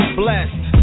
blessed